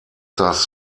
das